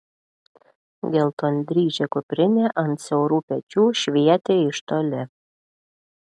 geltondryžė kuprinė ant siaurų pečių švietė iš toli